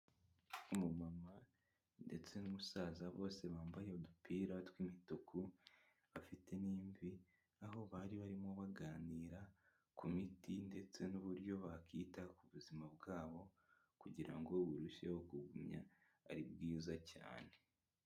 Umumama ndetse n'umusaza bose bambaye udupira tw'imituku bafite n'imvi, aho bari barimo baganira ku miti ndetse n'uburyo bakita ku buzima bwabo kugira ngo burusheho kugumya ari bwiza cyane.